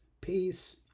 peace